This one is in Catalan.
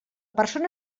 persona